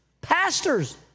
Pastors